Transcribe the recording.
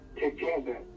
together